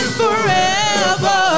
forever